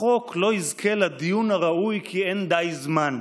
החוק לא יזכה לדיון הראוי כי אין די זמן.